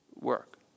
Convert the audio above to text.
work